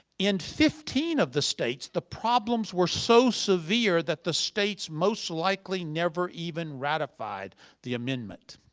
in fifteen of the states, the problems were so severe that the states most likely never even ratified the amendment.